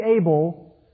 able